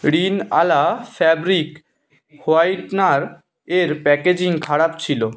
রীন ওয়ালা fabric whitener এর packaging খারাপ ছিল